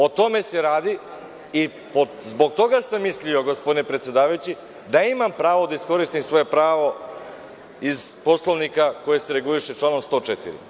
O tome se radi i zbog toga sam mislio gospodine predsedavajući da imam pravo da iskoristim svoje pravo iz Poslovnika i član 104.